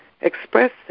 express